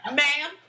ma'am